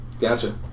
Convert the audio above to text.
Gotcha